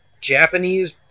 Japanese